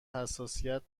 حساسیت